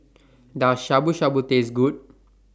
Does Shabu Shabu Taste Good